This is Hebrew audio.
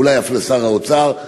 ואולי אף לשר האוצר.